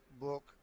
book